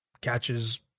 catches